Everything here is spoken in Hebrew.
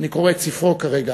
אני קורא את ספרו כרגע.